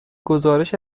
گزارش